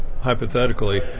hypothetically